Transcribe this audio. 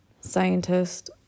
scientist